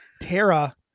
Tara